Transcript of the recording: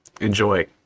Enjoy